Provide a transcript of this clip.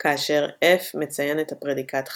Fa כאשר F מציין את הפרדיקט חכם,